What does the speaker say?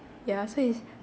yeah so it's